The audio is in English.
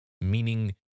meaning